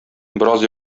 бераз